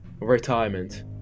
Retirement